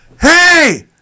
hey